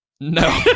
No